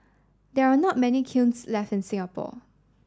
there are not many kilns left in Singapore